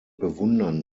bewundern